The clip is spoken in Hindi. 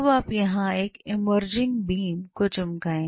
अब आप यहां एक इमर्जिंग बीम को चमकाएं